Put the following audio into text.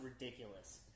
ridiculous